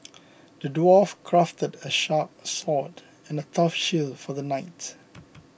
the dwarf crafted a sharp sword and a tough shield for the knight